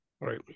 Right